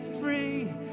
free